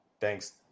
thanks